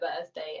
birthday